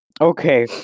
Okay